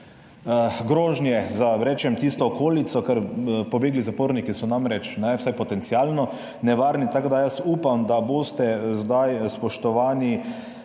grožnje za tisto okolico, ker pobegi zaporniki so namreč vsaj potencialno nevarni. Tako da upam, da boste zdaj, spoštovani